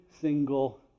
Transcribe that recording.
single